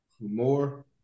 more